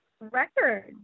record